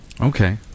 Okay